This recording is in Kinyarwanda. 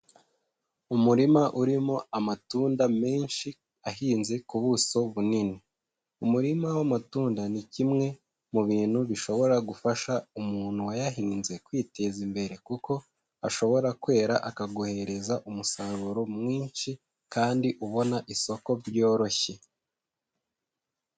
Umurima urimo amatunda menshi ahinze ku buso bunini. Umurima w'amatunda ni kimwe mu bintu bishobora gufasha umuntu wayahinze kwiteza imbere, kuko ashobora kwera akaguhereza umusaruro mwinshi kandi ubona isoko byoroshye.